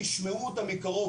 תשמעו אותם מקרוב.